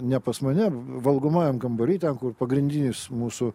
ne pas mane valgomajam kambary ten kur pagrindinis mūsų